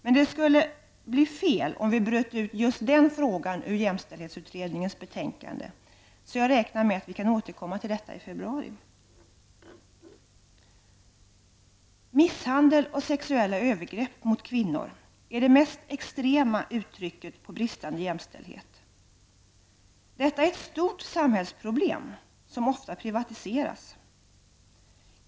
Men det skulle bli fel om vi bröt ut just den frågan från jämställdhetsutredningens betänkande. Jag räknar med att vi kan återkomma till detta i februari. Misshandel och sexuella övergrepp på kvinnor är de mest extrema uttrycken för bristande jämställdhet. Detta är ett stort samhällsproblem, som ofta privatiseras.